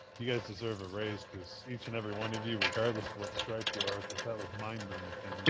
you guys deserve a raise cause each and every one of you regardless what stripes you are, because that was mind-numbing.